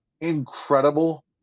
incredible